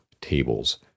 tables